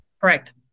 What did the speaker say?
Correct